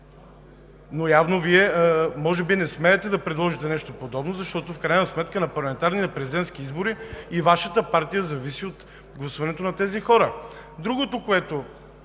Явно Вие може би не смеете да предложите нещо подобно, защото на парламентарни и на президентски избори и Вашата партия зависи от гласуването на тези хора.